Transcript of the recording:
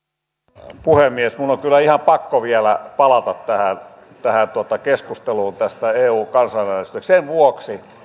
arvoisa puhemies minun on kyllä ihan pakko vielä palata tähän tähän keskusteluun eu kansanäänestyksestä sen vuoksi